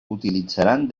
utilitzaran